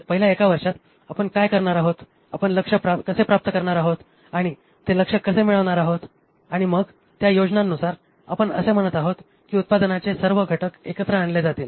पहिल्या एका वर्षात आपण काय करणार आहोत आपण लक्ष्य कसे प्राप्त करणार आहोत आणि ते लक्ष्य कसे मिळवणार आहोत आणि मग त्या योजनांनुसार आपण असे म्हणत आहोत की उत्पादनाचे सर्व घटक एकत्र आणले जातील